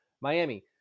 miami